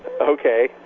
Okay